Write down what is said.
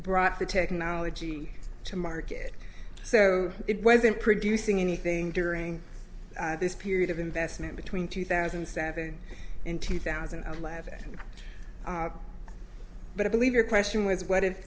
brought the technology to market so it wasn't producing anything during this period of investment between two thousand and seven and two thousand and eleven but i believe your question was what if